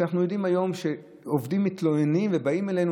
אנחנו יודעים היום שעובדים מתלוננים ובאים אלינו